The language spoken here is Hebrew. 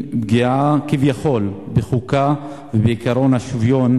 פגיעה כביכול בחוקה ובעקרון השוויון.